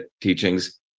teachings